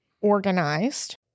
organized